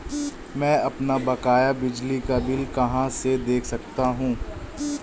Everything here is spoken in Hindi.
मैं अपना बकाया बिजली का बिल कहाँ से देख सकता हूँ?